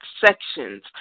sections